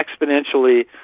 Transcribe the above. exponentially